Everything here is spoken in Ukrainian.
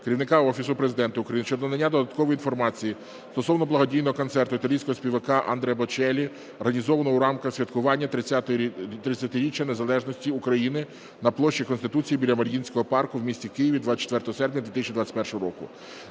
Керівника Офісу Президента України щодо надання додаткової інформації стосовно благодійного концерту італійського співака Андреа Бочеллі, організованого у рамках святкування 30-річчя незалежності України на площі Конституції біля Маріїнського парку в місті Києві 24 серпня 2021 року.